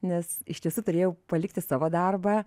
nes iš tiesų turėjau palikti savo darbą